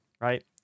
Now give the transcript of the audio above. right